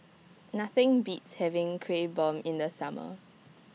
Nothing Beats having Kuih Bom in The Summer